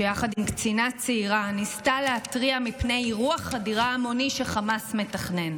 שיחד עם קצינה צעירה ניסתה להתריע מפני אירוע חדירה המוני שחמאס מתכנן.